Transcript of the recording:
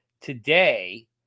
today